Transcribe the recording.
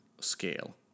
scale